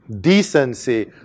decency